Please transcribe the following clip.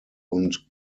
und